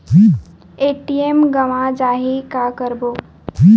ATM गवां जाहि का करबो?